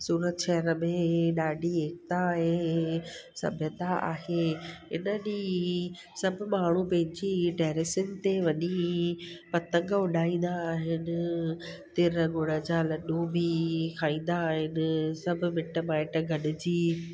सूरत शहर में ॾाढी एकता आहे सभ्यता आहे इन ॾींहुं सभु माण्हू पंहिंजी टैरिसनि ते वञी पतंग उॾाईंदा आहिनि तिरु गुड़ जा लड्डू बि खाईंदा आहिनि सभु मिटु माइटु गॾिजी